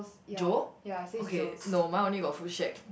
Joe okay no mine only got food shack